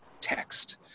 text